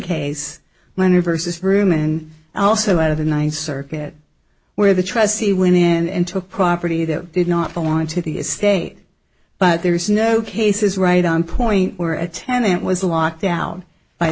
case minor versus room and also out of the ninth circuit where the trustee winning and took property that did not belong to the estate but there is no cases right on point where a tenant was locked out by